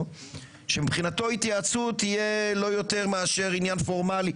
שמבחינתו התייעצות תהיה לא יותר מאשר עניין פורמלי,